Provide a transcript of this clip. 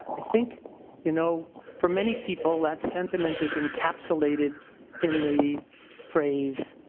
i think you know, for many people that sentiment is encapsulated in the phrase,